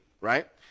right